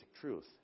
truth